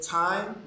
time